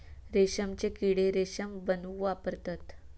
रेशमचे किडे रेशम बनवूक वापरतत